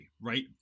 right